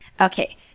Okay